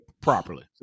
properly